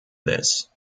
this